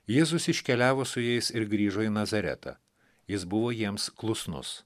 jėzus iškeliavo su jais ir grįžo į nazaretą jis buvo jiems klusnus